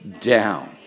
down